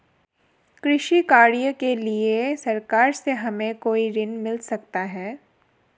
कृषि कार्य के लिए सरकार से हमें कोई ऋण मिल सकता है?